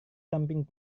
samping